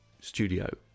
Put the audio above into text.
studio